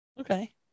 okay